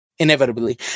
Inevitably